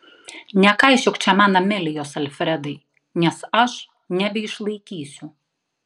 nekaišiok čia man amelijos alfredai nes aš nebeišlaikysiu